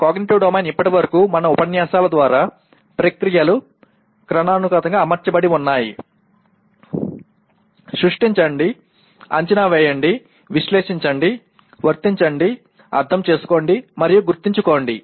cognitive domain ఇప్పటివరకు మన ఉపన్యాసాల ద్వారా ప్రక్రియలు క్రమానుగతంగా అమర్చబడి ఉన్నాయి సృష్టించండి అంచనా వేయండి విశ్లేషించండి వర్తించండి అర్థం చేసుకోండి మరియు గుర్తుంచుకోండి